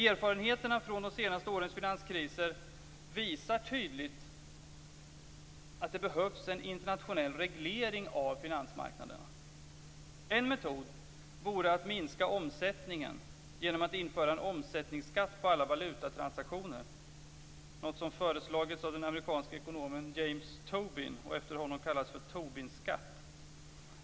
Erfarenheterna från de senaste årens finanskriser visar tydligt att det behövs en internationell reglering av finansmarknaderna. En metod vore att minska omsättningen genom att införa en omsättningsskatt på alla valutatransaktioner, något som föreslagits av den amerikanske ekonomen James Tobin och som efter honom kallas för Tobinskatten.